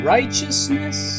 Righteousness